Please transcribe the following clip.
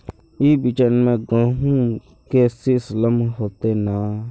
ई बिचन में गहुम के सीस लम्बा होते नय?